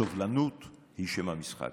סובלנות היא שם המשחק.